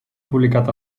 publicat